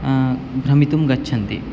भ्रमितुं गच्छन्ति